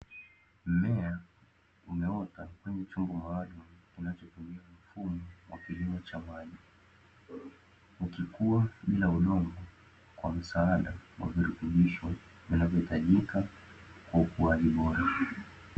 Mmea umeota kwenye chumba maalumu, kinachotumia mifumo wa kilimo cha maji. Ukikua bila udongo kwa msaada wa virutubisho vinavyohitajika kwa ukuaji bora.